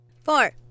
Four